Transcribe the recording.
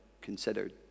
considered